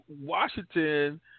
Washington